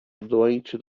doente